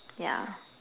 yeah